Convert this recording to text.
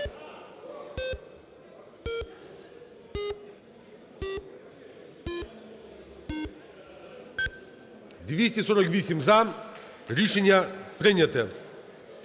248 – за. Рішення прийняте.